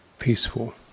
Peaceful